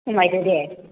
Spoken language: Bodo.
खमायदो दे